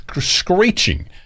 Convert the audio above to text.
screeching